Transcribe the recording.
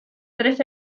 tres